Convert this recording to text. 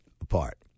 apart